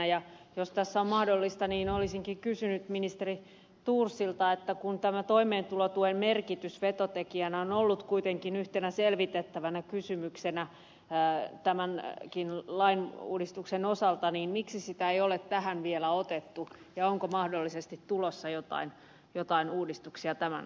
jos tässä on mahdollista niin olisinkin kysynyt ministeri thorsilta kun tämä toimeentulotuen merkitys vetotekijänä on ollut kuitenkin yhtenä selvitettävänä kysymyksenä tämänkin lakiuudistuksen osalta niin miksi sitä ei ole tähän vielä otettu ja onko mahdollisesti tulossa joitain uudistuksia tämän osalta